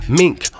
mink